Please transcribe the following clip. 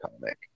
comic